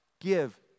give